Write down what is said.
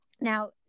Now